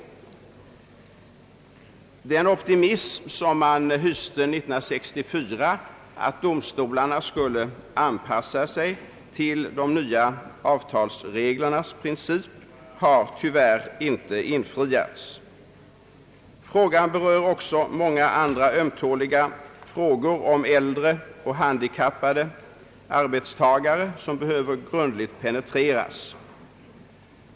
Den optimism som man hyste år 1964, att domstolarna skulle anpassa sig till de nya avtalsreglernas princip, har tyvärr inte infriats. Många andra ömtåliga frågor, som t.ex. äldre människors och handikappade arbetstagares situation, behöver också grundligt penetreras.